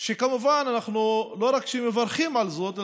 שכמובן אנחנו לא רק שמברכים על זאת,